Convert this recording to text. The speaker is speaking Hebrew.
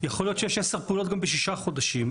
יכול להיות שיש עשר פעולות גם בשישה חודשים.